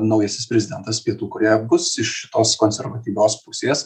naujasis prezidentas pietų korėjoje bus iš šitos konservatyvios pusės